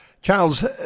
Charles